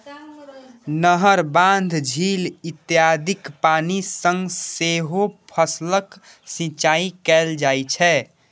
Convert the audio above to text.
नहर, बांध, झील इत्यादिक पानि सं सेहो फसलक सिंचाइ कैल जाइ छै